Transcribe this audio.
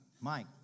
Mike